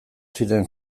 ziren